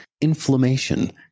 inflammation